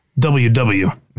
WW